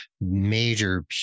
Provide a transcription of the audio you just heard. major